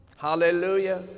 hallelujah